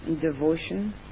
devotion